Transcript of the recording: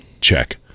check